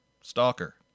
Stalker